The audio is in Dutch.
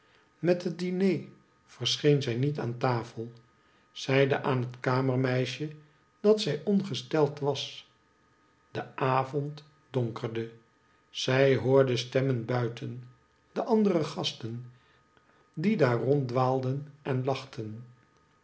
met het diner verscheen zij niet aan tafel zeide aan het kamermeisje dat zij ongesteld was de avond donkerde zij hoorde stemmen buiten de andere gasten die daar ronddwaalden en lachten